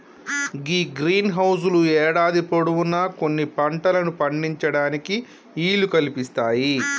గీ greenhouse లు యేడాది పొడవునా కొన్ని పంటలను పండించటానికి ఈలు కల్పిస్తాయి